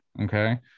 okay